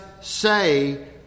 say